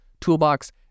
toolbox